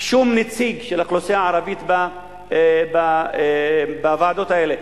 שום נציג של האוכלוסייה הערבית בוועדות האלה.